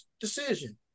decision